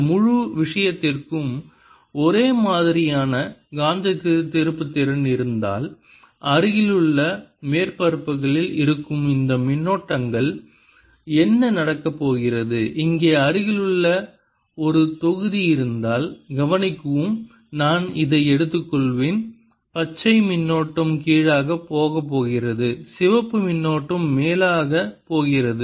இந்த முழு விஷயத்திற்கும் ஒரே மாதிரியான காந்த திருப்புத்திறன் இருந்தால்அருகிலுள்ள மேற்பரப்புகளில் இருக்கும் இந்த மின்னோட்டங்கள் என்ன நடக்கப் போகிறது இங்கே அருகிலுள்ள ஒரு தொகுதி இருந்தால் கவனிக்கவும் நான் இதை எடுத்துக் கொள்வேன் பச்சை மின்னோட்டம் கீழாக போகப்போகிறது சிவப்பு மின்னோட்டம் மேலே போகிறது